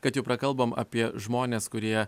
kad jau prakalbom apie žmones kurie